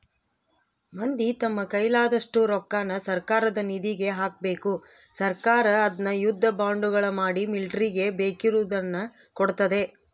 ಮಂದಿ ತಮ್ಮ ಕೈಲಾದಷ್ಟು ರೊಕ್ಕನ ಸರ್ಕಾರದ ನಿಧಿಗೆ ಹಾಕಬೇಕು ಸರ್ಕಾರ ಅದ್ನ ಯುದ್ಧ ಬಾಂಡುಗಳ ಮಾಡಿ ಮಿಲಿಟರಿಗೆ ಬೇಕಿರುದ್ನ ಕೊಡ್ತತೆ